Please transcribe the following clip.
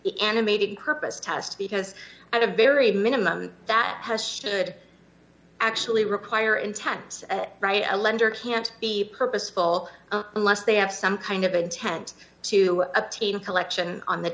it animated purpose test because i have very minimum that has should actually require intense right a lender can't be purposeful unless they have some kind of intent to obtain collection on the